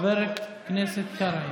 חסרי כבוד.